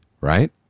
right